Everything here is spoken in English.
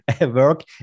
work